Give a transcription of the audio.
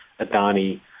Adani